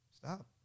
stop